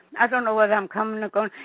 i don't know whether i'm coming or going.